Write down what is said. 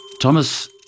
Thomas